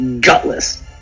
gutless